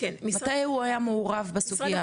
מתי הוא היה מעורב בסוגייה הזו?